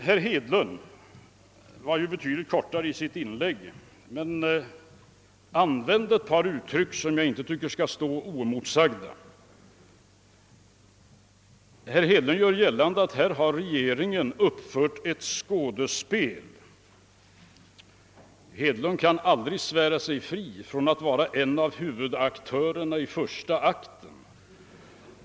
Herr Hedlund gjorde ett betydligt kortare inlägg men använde ett par uttryck som jag inte vill lämna oemotsagda. Han gör gällande att regeringen har uppfört eit skådespel. Herr Hedlund kan aldrig svära sig fri från att vara en av huvudaktörerna i första akten.